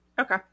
Okay